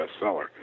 bestseller